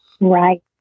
Right